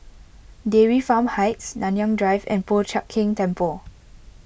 Dairy Farm Heights Nanyang Drive and Po Chiak Keng Temple